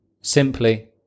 Simply